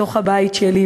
בתוך הבית שלי,